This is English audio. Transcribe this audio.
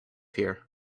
here